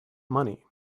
money